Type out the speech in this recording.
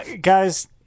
Guys